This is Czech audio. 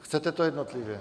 Chcete to jednotlivě?